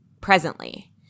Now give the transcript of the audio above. presently